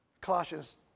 Colossians